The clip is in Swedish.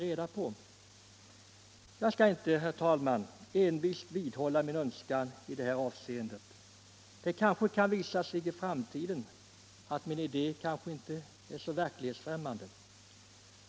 Jag skall dock inte, herr talman, envist vidhålla min önskan i detta avseende — det kanske kan visa sig i framtiden att min idé inte är så verklighetsfrämmande.